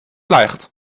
leicht